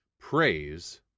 praise